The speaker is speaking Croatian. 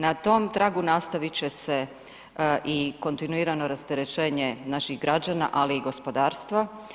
Na tom tragu nastavit će se i kontinuirano rastereć4enje naših građana, ali i gospodarstva.